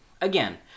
Again